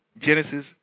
Genesis